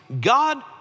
God